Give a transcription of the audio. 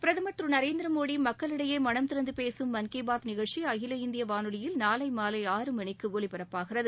பிரதம் ் திரு நரேந்திரமோடி மக்களிடையே மனம் திறந்து பேசும் மன் கி பாத் நிகழ்ச்சி அகில இந்திய வானொலியில் நாளை மாலை ஆறு மணிக்கு ஒலிபரப்பாகிறது